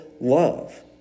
love